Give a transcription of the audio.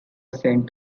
sent